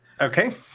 Okay